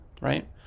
right